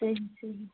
صحی صحی